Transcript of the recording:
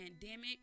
pandemic